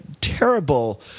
terrible